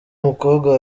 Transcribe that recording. mukobwa